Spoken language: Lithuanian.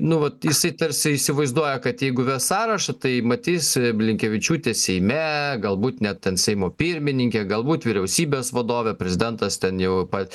nu vat jisai tarsi įsivaizduoja kad jeigu ves sąrašą tai matys blinkevičiūtę seime galbūt net ten seimo pirmininke galbūt vyriausybės vadove prezidentas ten jau pat